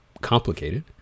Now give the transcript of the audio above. complicated